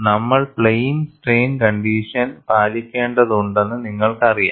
നമ്മൾ plain strain condition പാലിക്കേണ്ടതുണ്ടെന്ന് നിങ്ങൾക്കറിയാം